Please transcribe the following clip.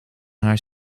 haar